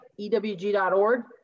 ewg.org